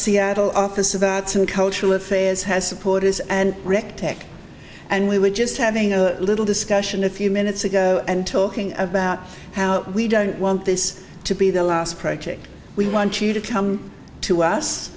seattle office of that some cultural affairs has supporters and rick tech and we were just having a little discussion a few minutes ago and talking about how we don't want this to be the last project we want you to come to us